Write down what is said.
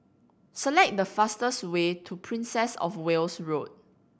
select the fastest way to Princess Of Wales Road